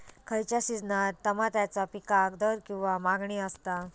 खयच्या सिजनात तमात्याच्या पीकाक दर किंवा मागणी आसता?